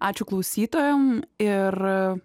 ačiū klausytojam ir